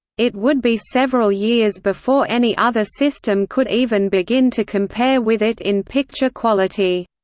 it would be several years before any other system could even begin to compare with it in picture quality.